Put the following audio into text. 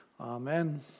Amen